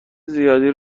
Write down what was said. زیادی